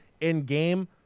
in-game